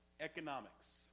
economics